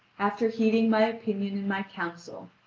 after heeding my opinion and my counsel.